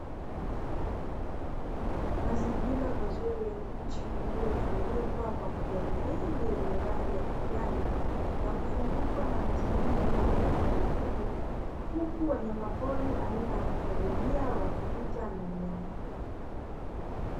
Mazingira mazuri ya nchi iliyofunikwa kwa majani mengi yenye rangi ya kijani, na kuzungukwa na miti mingi mirefu kwa mifupi, huku wanyama pori aina ya pundamilia wakipita ndani yake.